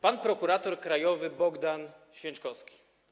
Panie Prokuratorze Krajowy Bogdanie Święczkowski!